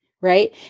Right